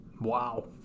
Wow